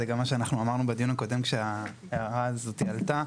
וזה גם מה שאנחנו אמרנו בדיון הקודם כשההערה הזאת הועלתה.